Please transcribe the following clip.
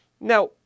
Now